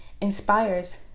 inspires